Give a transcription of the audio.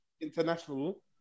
international